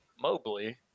Mobley